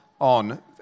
on